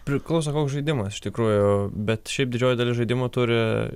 priklauso koks žaidimas iš tikrųjų bet šiaip didžioji dalis žaidimų turi